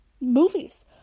movies